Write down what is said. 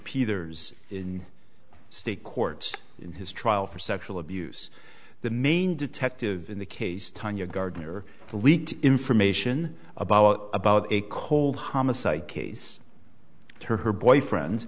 peters in state court in his trial for sexual abuse the main detective in the case tonya gardner who leaked information about about a cold homicide case her boyfriend